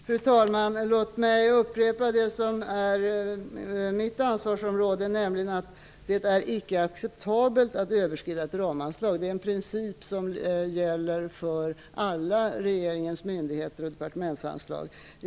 Fru talman! Låt mig upprepa det som gäller mitt ansvarsområde, nämligen att det icke är acceptabelt att överskrida ett ramanslag. Det är en princip som gäller för alla regeringens myndigheter och departement.